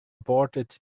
aborted